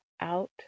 out